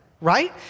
Right